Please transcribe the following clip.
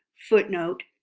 footnote,